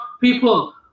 people